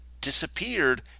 disappeared